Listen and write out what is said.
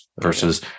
versus